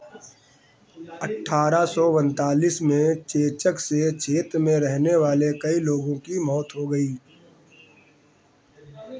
अट्ठारह सौ उनतालीस में चेचक से क्षेत्र में रहने वाले कई लोगों की मौत हो गई